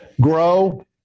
grow